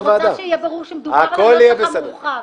אני רוצה שיהיה ברור שמדובר בנוסח המורחב.